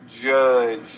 judge